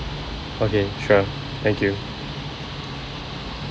okay sure thank you